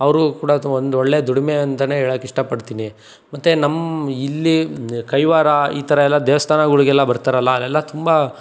ಅವರೂ ಕೂಡ ಒಂದು ಒಳ್ಳೆಯ ದುಡಿಮೆ ಅಂತಲೇ ಹೇಳಕ್ಕಿಷ್ಟಪಡ್ತೀನಿ ಮತ್ತು ನಮ್ಮ ಇಲ್ಲಿ ಕೈವಾರ ಈ ಥರ ಎಲ್ಲ ದೇವಸ್ಥಾನಗಳ್ಗೆಲ್ಲ ಬರ್ತಾರಲ್ಲ ಅಲ್ಲೆಲ್ಲ ತುಂಬ